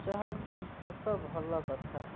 ଯାହାକି ଏକ ଭଲ କଥା